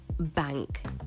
bank